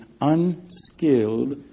unskilled